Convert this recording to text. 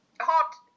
Hot